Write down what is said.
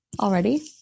already